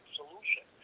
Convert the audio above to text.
solution